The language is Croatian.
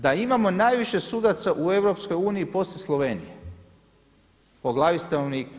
Da imamo najviše sudaca u EU poslije Slovenije po glavi stanovnika.